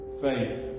faith